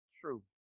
true